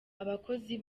abakozi